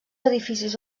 edificis